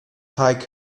teig